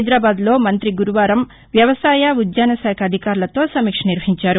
హైదరాబాద్లో మంత్రి గురువారం వ్యవసాయ ఉద్యానశాఖ అధికారులతో సమీక్షనిర్వహించారు